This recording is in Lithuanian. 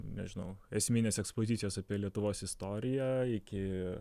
nežinau esminės ekspozicijos apie lietuvos istoriją iki